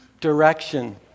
Direction